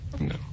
No